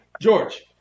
George